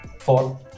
four